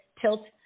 tilt